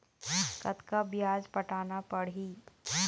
कतका ब्याज पटाना पड़ही?